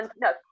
No